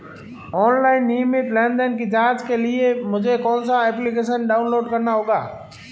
Online नियमित लेनदेन की जांच के लिए मुझे कौनसा एप्लिकेशन डाउनलोड करना होगा?